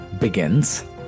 begins